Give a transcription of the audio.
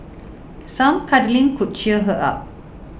some cuddling could cheer her up